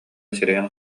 сирэйин